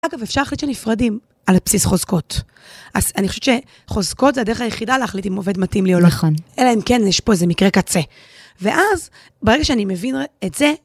אגב, אפשר להחליט שנפרדים, על הבסיס חוזקות. אז אני חושבת שחוזקות זה הדרך היחידה להחליט אם עובד מתאים לי או לא. נכון. אלא אם כן, יש פה איזה מקרה קצה. ואז, ברגע שאני מבין את זה...